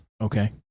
Okay